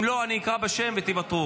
אם לא, אני אקרא בשם ותוותרו.